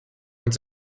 und